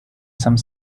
some